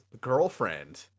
girlfriend